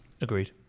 Agreed